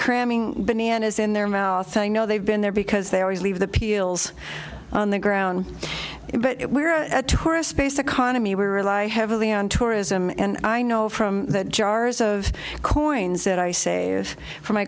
cramming bananas in their mouth i know they've been there because they always leave the peels on the ground but we're at a tourist based economy we rely heavily on tourism and i know from jars of coins that i save for my